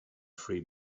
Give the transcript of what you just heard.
free